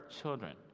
children